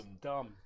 dumb